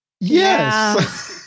Yes